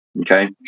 okay